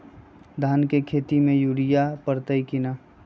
धान के खेती में यूरिया परतइ कि न?